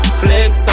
flex